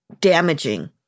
damaging